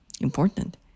important